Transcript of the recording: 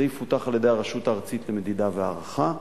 זה יפותח על-ידי הרשות הארצית למדידה והערכה.